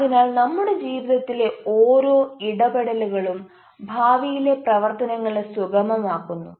അതിനാൽ നമ്മുടെ ജീവിതത്തിലെ ഓരോ ഇടപെടലുകളും ഭാവിയിലെ പ്രവർത്തനങ്ങളെ സുഗമമാക്കുന്നു